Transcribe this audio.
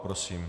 Prosím.